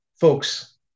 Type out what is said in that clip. folks